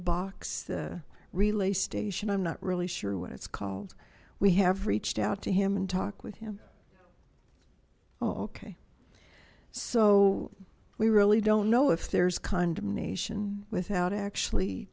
box the relay station i'm not really sure what it's called we have reached out to him and talked with him okay so we really don't know if there's condemnation without actually